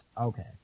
okay